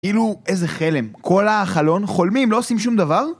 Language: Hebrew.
כאילו איזה חלם, כל החלון חולמים, לא עושים שום דבר?